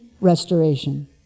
restoration